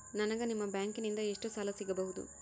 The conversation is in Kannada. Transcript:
ನನಗ ನಿಮ್ಮ ಬ್ಯಾಂಕಿನಿಂದ ಎಷ್ಟು ಸಾಲ ಸಿಗಬಹುದು?